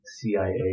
CIA